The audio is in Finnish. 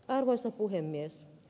arvoisa puhemies